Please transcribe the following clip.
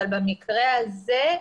אבל במקרה הזה,